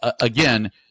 Again